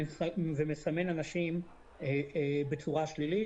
ומסמן אנשים בצורה שלילית,